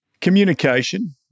communication